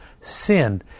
sin